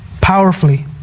powerfully